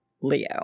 Leo